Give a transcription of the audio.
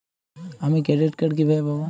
আমি credit card কিভাবে পাবো?